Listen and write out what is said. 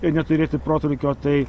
ir neturėti protrūkio tai